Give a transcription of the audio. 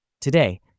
Today